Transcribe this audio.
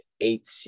eight